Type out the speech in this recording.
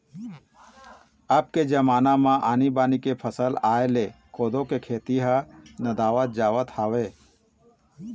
अब के जमाना म आनी बानी के फसल आय ले कोदो के खेती ह नंदावत जावत हवय